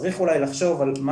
צריך אולי לחשוב על מה